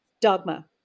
dogma